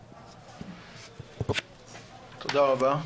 תודה רבה.